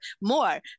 more